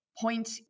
point